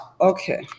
Okay